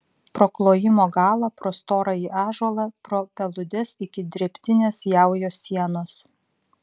pro klojimo galą pro storąjį ąžuolą pro peludes iki drėbtinės jaujos sienos